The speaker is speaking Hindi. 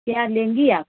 प्याज़ लेंगी आप